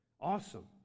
Awesome